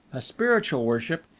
a spiritual worship,